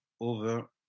over